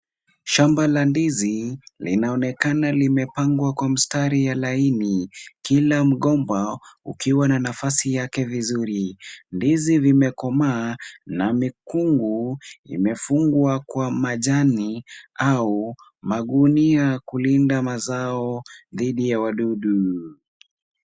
Shamba la ndizi linaonekana limepangwa kwa mstari wa laini, kila mgomba ukiwa na nafasi yake vizuri. Ndizi zimekomaa na mikungu imefungwa kwa majani au magunia kulinda mazao dhidi ya wadudu.